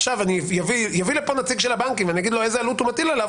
אני אביא לפה נציג הבנקים ואשאל אותו: איזה עלות הוא מטיל עליו,